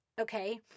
okay